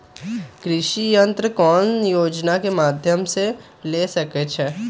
कृषि यंत्र कौन योजना के माध्यम से ले सकैछिए?